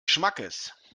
schmackes